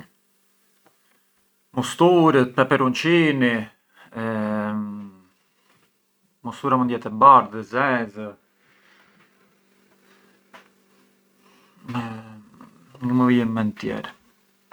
Musturët, peperonçini, mustura mënd jet e bardhë o e zezë, e ngë më vijën më tjerë